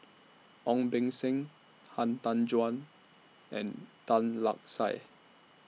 Ong Beng Seng Han Tan Juan and Tan Lark Sye